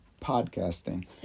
podcasting